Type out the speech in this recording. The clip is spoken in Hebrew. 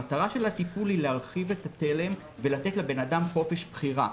המטרה של הטיפול היא להרחיב את התלם ולתת לאדם חופש בחירה.